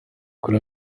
kuri